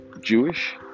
Jewish